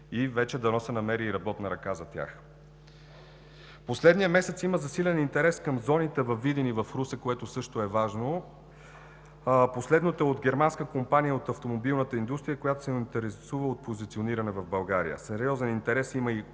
и вече дано се намери и работна ръка за тях. В последния месец има засилен интерес към зоните във Видин и в Русе, което също е важно. Последната е от германска компания от автомобилната индустрия, която се интересува от позициониране в България. Сериозен интерес има